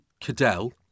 Cadell